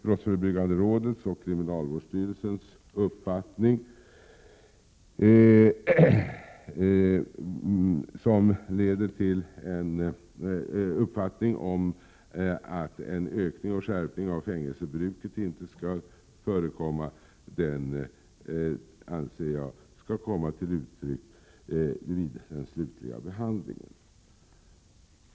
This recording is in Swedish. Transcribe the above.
Brottsförebyggande rådets och kriminalvårdsstyrelsens uppfattning om att en ökning och skärpning av fängelsebruket inte skall genomföras, anser jag skall komma till uttryck vid den slutliga behandlingen.